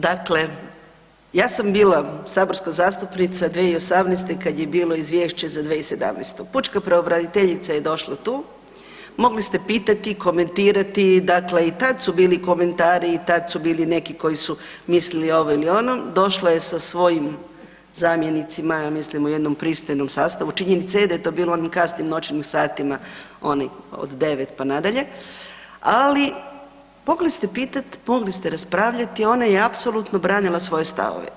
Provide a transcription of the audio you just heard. Dakle, ja sam bila saborska zastupnica 2018.kad je bilo izvješće za 2017., pučka pravobraniteljica je došla tu, mogli ste pitati, komentirati, dakle i tad su bili komentari i tad su bili neki koji su mislili ovo ili ono, došla je sa svojim zamjenicima ja mislim u jednom pristojnom sastavu, činjenica je da je to bilo u onim kasnim noćnim satima oni od 9 pa nadalje, ali mogli ste pitat, mogli ste raspravljat, ona je apsolutno branila svoje stavove.